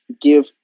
give